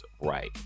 right